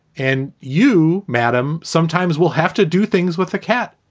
and you, madam, sometimes we'll have to do things with a cat.